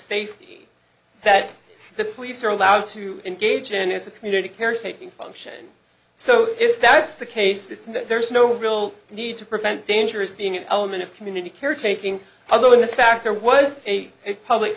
safety that the police are allowed to engage in is a community caretaking function so if that's the case this that there's no real need to prevent dangerous being an element of community caretaking although in fact there was a public